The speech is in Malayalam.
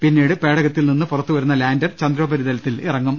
പിന്നീട് പേടകത്തിൽ നിന്ന് പുറത്തുവരുന്ന ലാൻഡർ ചന്ദ്രോ പരിതലത്തിലിറങ്ങും